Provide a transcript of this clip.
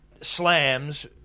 slams